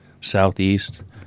Southeast